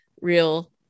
real